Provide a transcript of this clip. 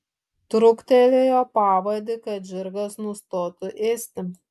truktelėjo pavadį kad žirgas nustotų ėsti